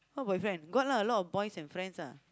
what boyfriend got lah a lot of boys and friends ah